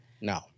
No